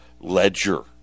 ledger